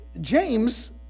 James